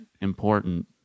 important